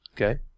Okay